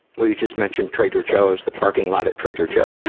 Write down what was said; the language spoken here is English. well, you just mentioned trader joe's the parking lot at trader joe's.